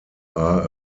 are